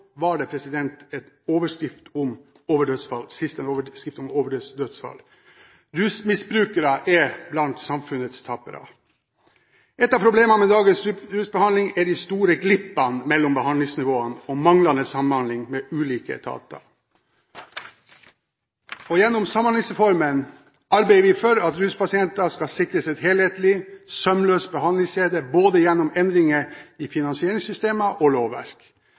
var det sist en overskrift om overdosedødsfall? Rusmisbrukere er blant samfunnets tapere. Et av problemene med dagens rusbehandling er de store glippene mellom behandlingsnivåene og manglende samhandling mellom ulike etater. Gjennom Samhandlingsreformen arbeider vi for at ruspasienter skal sikres en helhetlig, sømløs behandlingskjede gjennom endringer i både finansieringssystemer og lovverk.